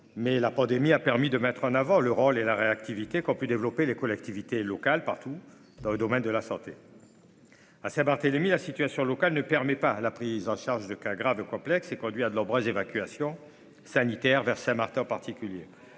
mais la pandémie a permis de mettre en avant le rôle et la réactivité qui ont pu développer les collectivités locales partout dans le domaine de la santé. À Saint Barthélémy la situation locale ne permet pas la prise en charge de cas graves et complexes et conduit à de nombreuses évacuations sanitaires vers Martin en particulier